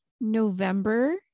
November